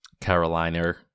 Carolina